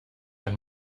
ein